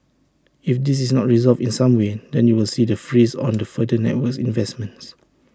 if this is not resolved in some way then you will see the freeze on the further network investments